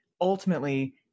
Ultimately